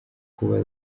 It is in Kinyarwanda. kuba